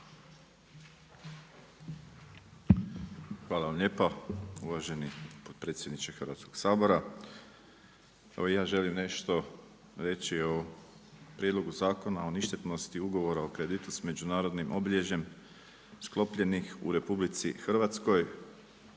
Hvala vam lijepa uvaženi potpredsjedniče Hrvatskoga sabora. Evo ja želim nešto reći o Prijedlogu zakona o ništetnosti ugovora o kreditu s međunarodnim obilježjem sklopljenih u RH u ime kluba